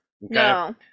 No